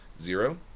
Zero